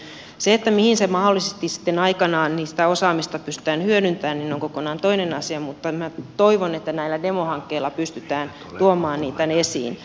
mihin sitä osaamista mahdollisesti sitten aikanaan pystytään hyödyntämään on kokonaan toinen asia mutta minä toivon että näillä demohankkeilla pystytään tuomaan sitä esiin